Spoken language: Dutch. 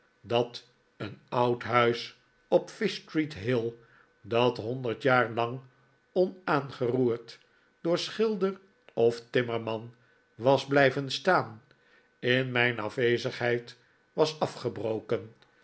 dat een oud huis op fishstreet hill dat honderd jaar lang onaangeroerd door schilder of timmerman was blijven staan in mijn afwezigheid was afgebroken